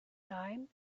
time